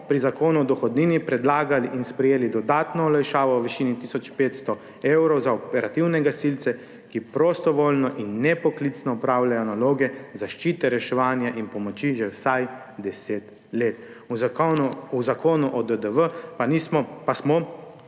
pri Zakonu o dohodnini predlagali in sprejeli dodatno olajšavo v višini tisoč 500 evrov za operativne gasilce, ki prostovoljno in nepoklicno opravljajo naloge zaščite, reševanja in pomoči že vsaj 10 let. V zakonu o DDV pa smo